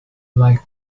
like